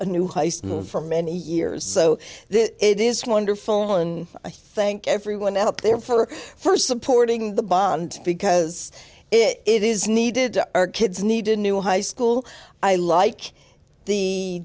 move for many years so it is wonderful and i think everyone out there for first supporting the bond because it is needed our kids need a new high school i like the